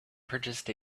purchased